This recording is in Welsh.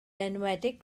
enwedig